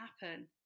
happen